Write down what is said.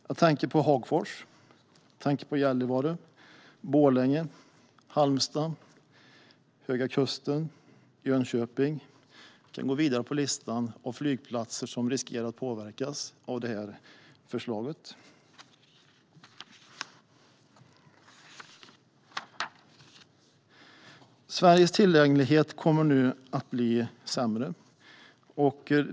Jag tänker på Hagfors, Gällivare, Borlänge, Halmstad, Höga kusten, Jönköping - listan över flygplatser som riskerar att påverkas av det här förslaget kan göras lång. Tillgängligheten i Sverige kommer nu att bli sämre.